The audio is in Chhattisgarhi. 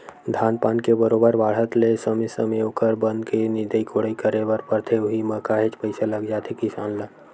धान पान के बरोबर बाड़हत ले समे समे ओखर बन के निंदई कोड़ई करे बर परथे उहीं म काहेच पइसा लग जाथे किसान ल